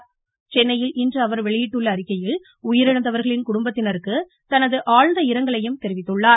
இன்று சென்னையில் அவர் வெளியிட்டுள்ள அறிக்கையில் உயிரிழந்தவர்களின் குடும்பத்தினருக்கு தனது ஆழ்ந்த இரங்கலையும் தெரிவித்துள்ளார்